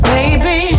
Baby